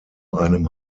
einem